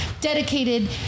dedicated